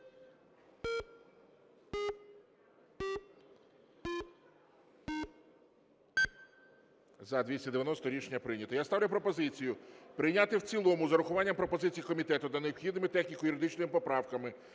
За-290 Рішення прийнято. Я ставлю пропозицію прийняти в цілому з врахуванням пропозицій комітету та необхідними техніко-юридичними поправками